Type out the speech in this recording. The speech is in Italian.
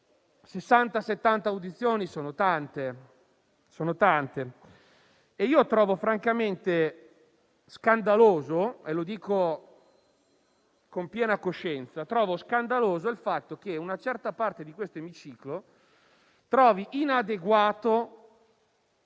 70 audizioni sono tante e trovo francamente scandaloso - lo dico con piena coscienza - il fatto che una certa parte di questo emiciclo trovi inadeguato il numero delle audizioni